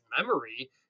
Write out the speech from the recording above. memory